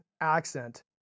accent